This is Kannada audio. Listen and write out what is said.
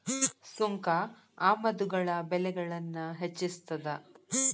ಸುಂಕ ಆಮದುಗಳ ಬೆಲೆಗಳನ್ನ ಹೆಚ್ಚಿಸ್ತದ